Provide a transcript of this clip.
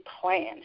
plan